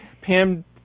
Pam